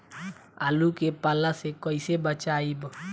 आलु के पाला से कईसे बचाईब?